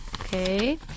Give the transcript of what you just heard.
Okay